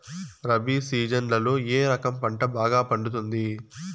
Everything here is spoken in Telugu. రబి సీజన్లలో ఏ రకం పంట బాగా పండుతుంది